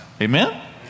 Amen